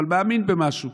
אבל מאמין במשהו,